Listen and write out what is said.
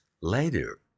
later